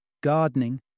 gardening